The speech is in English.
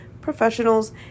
professionals